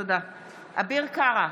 אביר קארה,